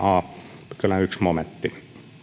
a pykälän ensimmäinen momentti